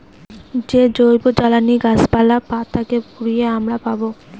যে জৈবজ্বালানী গাছপালা, পাতা কে পুড়িয়ে আমরা পাবো